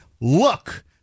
look